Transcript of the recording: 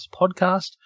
Podcast